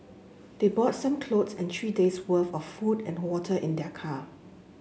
they brought some clothes and three days' worth of food and water in their car